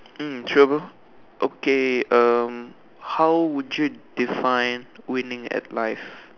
mm sure bro okay um how would you define winning at life